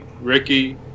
Ricky